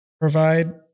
provide